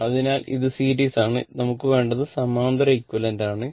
അതിനാൽ ഇത് സീരീസ് ആണ് നമുക്ക് വേണ്ടത് സമാന്തര എക്വിവാലെന്റ ആണ്